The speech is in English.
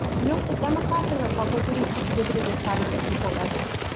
note the democrats and republicans exhibited this pattern and equal measure.